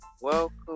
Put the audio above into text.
welcome